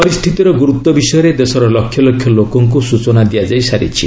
ପରିସ୍ଥିତିର ଗୁରୁତ୍ୱ ବିଷୟରେ ଦେଶର ଲକ୍ଷ ଲକ୍ଷ ଲୋକଙ୍କୁ ସୂଚନା ଦିଆଯାଇସାରିଛି